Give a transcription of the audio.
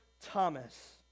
Thomas